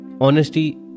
honesty